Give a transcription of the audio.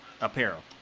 apparel